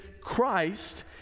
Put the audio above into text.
christ